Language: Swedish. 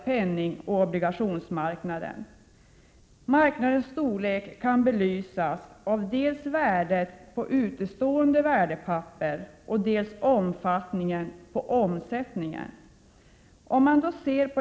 penningoch obligationsmarknaden. Marknadens storlek kan belysas av dels värdet på utestående värdepapper, dels omfattningen av omsättningen.